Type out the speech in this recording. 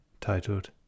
titled